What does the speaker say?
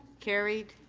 carried.